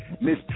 Miss